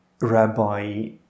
Rabbi